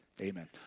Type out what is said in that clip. amen